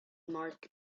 marked